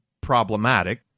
problematic